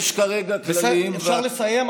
יש כרגע כללים, אפשר לסיים?